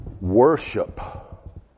worship